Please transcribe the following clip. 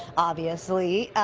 obviously.